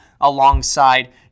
alongside